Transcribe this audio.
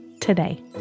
today